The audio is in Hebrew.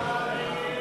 לסעיף